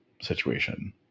situation